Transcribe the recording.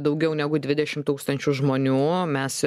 daugiau negu dvidešimt tūkstančių žmonių mes